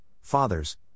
fathers